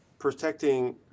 protecting